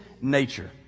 nature